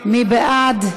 מי בעד?